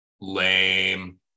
Lame